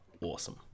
awesome